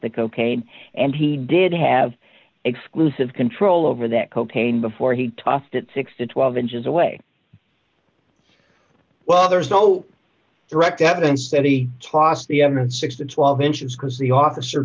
the cocaine and he did have exclusive control over that cocaine before he tossed it six to twelve inches away well there's no direct evidence that he tossed the elements six to twelve inches because the officer